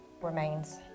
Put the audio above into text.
remains